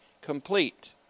complete